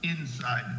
inside